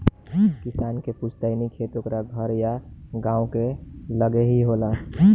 किसान के पुस्तैनी खेत ओकरा घर या गांव के लगे ही होला